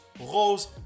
Rose